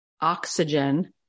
oxygen